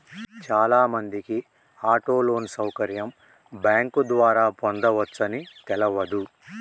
చాలామందికి auto loan సౌకర్యం bank ద్వారా పొందవచ్చని తెలవదు